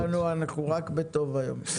אנחנו רק בטוב היום.